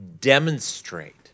demonstrate